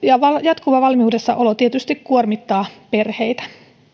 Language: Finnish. ja jatkuva valmiudessa olo tietysti kuormittaa perheitä